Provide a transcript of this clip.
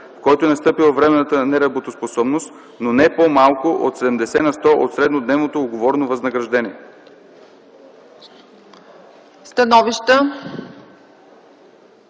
в който е настъпила временната неработоспособност, но не по-малко от 70 на сто от среднодневното уговорено възнаграждение.”